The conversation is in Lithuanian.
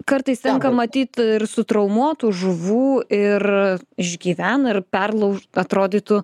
kartais tenka matyt ir su traumuotų žuvų ir išgyvena ir perlauš atrodytų